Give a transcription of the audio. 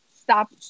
stop